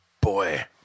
boy